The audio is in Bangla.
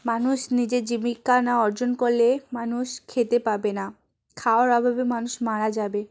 মানুষ নিজের জীবিকা না অর্জন করলে মানুষ খেতে পাবে না খাওয়ার অভাবে মানুষ মারা যাবে